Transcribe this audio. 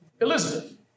Elizabeth